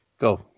Go